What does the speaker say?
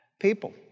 people